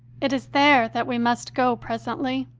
it is there that we must go presently,